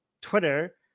Twitter